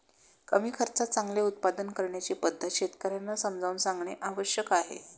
कमी खर्चात चांगले उत्पादन करण्याची पद्धत शेतकर्यांना समजावून सांगणे आवश्यक आहे